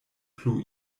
plu